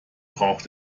braucht